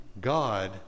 God